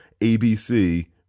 ABC